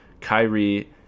Kyrie